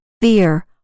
fear